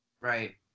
Right